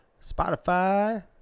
Spotify